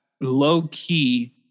low-key